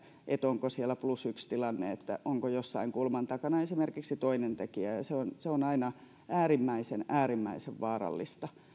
onko siellä plus yksi tilanne onko jossain kulman takana esimerkiksi toinen tekijä ja se on se on aina äärimmäisen äärimmäisen vaarallista